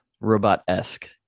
Robot-esque